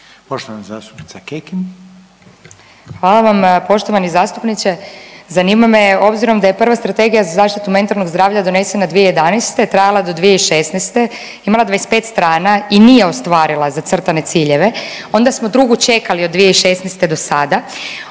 Ivana (NL)** Hvala vam. Poštovani zastupniče, zanima me obzirom da je prva Strategija za zaštitu mentalnog zdravlja donesena 2011. trajala je do 2016. imala 25 strana i nije ostvarila zacrtane ciljeve, onda smo drugu čekali od 2016. dosada,